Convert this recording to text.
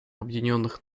объединенных